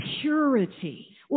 purity